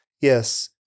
Yes